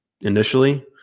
initially